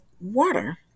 water